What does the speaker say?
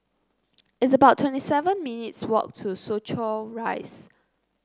it's about twenty seven minutes' walk to Soo Chow Rise